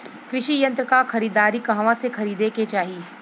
कृषि यंत्र क खरीदारी कहवा से खरीदे के चाही?